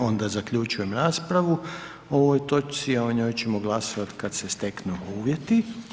Time onda zaključujem raspravu o ovoj točci a o njoj ćemo glasovati kada se steknu uvjeti.